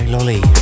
Lolly